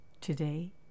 today